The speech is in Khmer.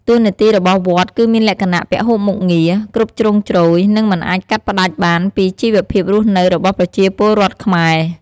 តួនាទីរបស់វត្តគឺមានលក្ខណៈពហុមុខងារ គ្រប់ជ្រុងជ្រោយ និងមិនអាចកាត់ផ្ដាច់បានពីជីវភាពរស់នៅរបស់ប្រជាពលរដ្ឋខ្មែរ។